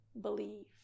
believe